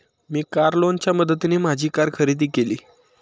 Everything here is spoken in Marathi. मी कार लोनच्या मदतीने माझी कार खरेदी केली